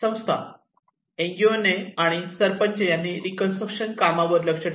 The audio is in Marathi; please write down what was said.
संस्था एनजीओने आणि सरपंच यांनी रीकन्स्ट्रक्शन कामांवर लक्ष ठेवले